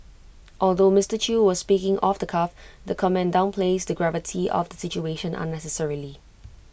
although Mister chew was speaking off the cuff the comment downplays the gravity of the situation unnecessarily